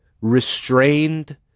restrained